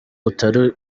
utari